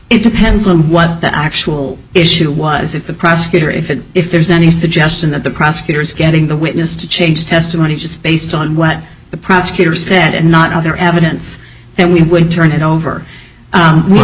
it depends on what the actual issue was if the prosecutor if it if there's any suggestion that the prosecutor's getting the witness to change testimony just based on what the prosecutor said and not other evidence then we would turn it over